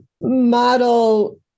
model